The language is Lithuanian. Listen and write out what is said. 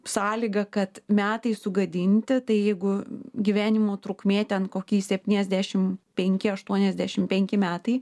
sąlyga kad metai sugadinti tai jeigu gyvenimo trukmė ten kokį septyniasdešim penki aštuoniasdešim penki metai